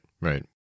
right